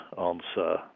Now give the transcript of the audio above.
Answer